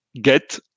get